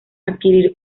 adquirir